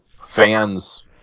fans